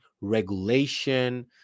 regulation